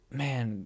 man